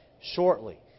shortly